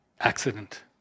accident